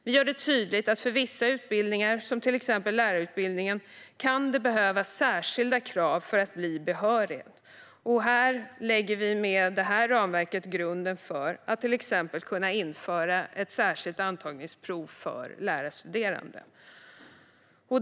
Vi gör det tydligt att för vissa utbildningar som till exempel lärarutbildningen kan det behövas särskilda krav för att bli behörig. Med ramverket lägger vi grunden för att till exempel kunna införa ett särskilt antagningsprov för lärarstuderande.